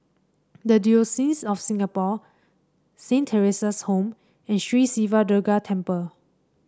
the Diocese of Singapore Saint Theresa's Home and Sri Siva Durga Temple